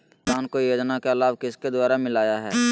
किसान को योजना का लाभ किसके द्वारा मिलाया है?